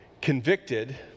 convicted